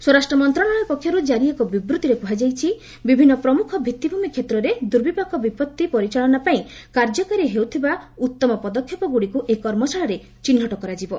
ସ୍ୱରାଷ୍ଟ୍ର ମନ୍ତ୍ରଣାଳୟ ପକ୍ଷରୁ ଜାରି ଏକ ବିବୃତ୍ତିରେ କୁହାଯାଇଛି ବିଭିନ୍ନ ପ୍ରମୁଖ ଭିତ୍ତିଭୂମି କ୍ଷେତ୍ରରେ ଦୁର୍ବିପାକ ବିପତ୍ତି ପରିଚାଳନା ପାଇଁ କାର୍ଯ୍ୟକାରୀ ହେଉଥିବାର ଉତ୍ତମ ପଦକ୍ଷେପଗୁଡ଼ିକୁ ଏହି କର୍ମଶାଳାରେ ଚିହ୍ନଟ କରାଯିବ